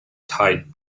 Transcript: tide